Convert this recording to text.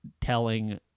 telling